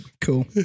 Cool